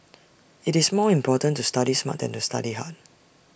IT is more important to study smart than to study hard